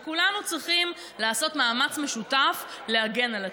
וכולנו צריכים לעשות מאמץ משותף להגן על עצמנו.